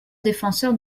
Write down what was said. défenseur